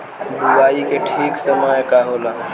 बुआई के ठीक समय का होला?